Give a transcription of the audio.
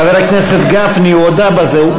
חבר הכנסת גפני, הוא הודה בזה.